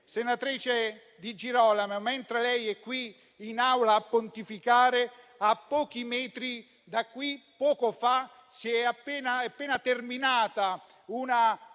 Senatrice Di Girolamo, mentre lei è qui in Aula a pontificare, a pochi metri da qui, poco fa, è appena terminata una